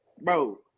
Bro